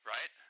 Right